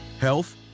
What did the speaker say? health